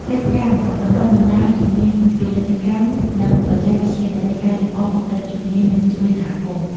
កិច្ចកម្មបណ្តុះបណ្តាលជំនាញពាណិជ្ជកម្ម និងបច្ចេកវិទ្យា ដើម្បីកែលម្អកម្រិតជំនាញនិងជួយសហគមន៍។